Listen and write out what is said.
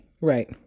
Right